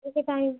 ठीक है टाइम